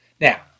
Now